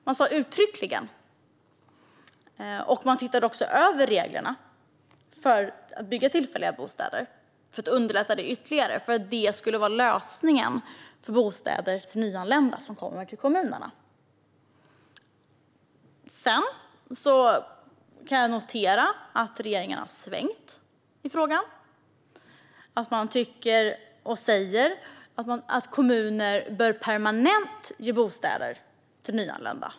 Man tittade också över reglerna för att bygga tillfälliga bostäder för att ytterligare underlätta anvisandet av bostäder till nyanlända i kommunerna. Jag noterar att regeringen har svängt i frågan. Man tycker och säger att kommuner bör ge permanenta bostäder till nyanlända.